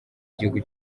igihugu